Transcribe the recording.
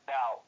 Now